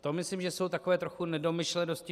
To myslím, že jsou takové trochu nedomyšlenosti.